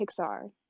Pixar